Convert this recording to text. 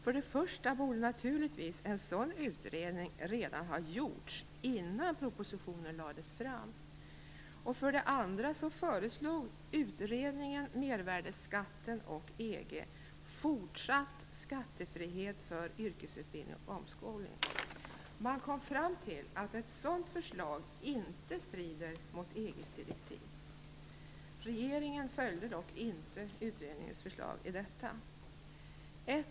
För det första borde naturligtvis en sådan utredning ha gjorts redan innan propositionen lades fram. För det andra föreslog utredningen Mervärdesskatten och EG fortsatt skattefrihet för yrkesutbildning och omskolning. Utredningen kom fram till att ett sådant förslag inte strider mot EG:s direktiv. Regeringen följde dock inte utredningens förslag i detta avseende.